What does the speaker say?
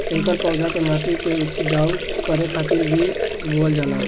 एकर पौधा के माटी के उपजाऊ करे खातिर भी बोअल जाला